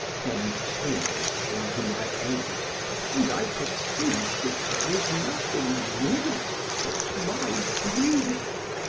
then tears came to my aid and i perceived that there was nothing real but my grief.